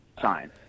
sign